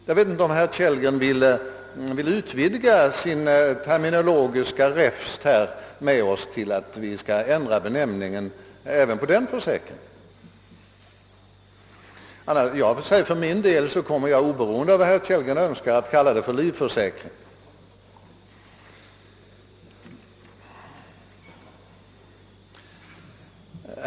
Jag vet inte om herr Kellgren vill utvidga sin terminologiska räfst med oss till att vi skall ändra benämningen även på den försäkringen. För min del kommer jag, oberoende av vad herr Kellgren önskar, att kalla det livförsäkring.